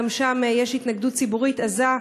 גם שם יש התנגדות ציבורית עזה,